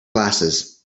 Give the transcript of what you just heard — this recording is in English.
glasses